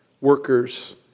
workers